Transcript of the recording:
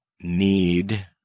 need